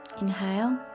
inhale